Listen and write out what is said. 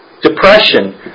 depression